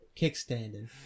Kickstanding